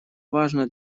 важно